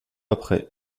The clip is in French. après